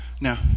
now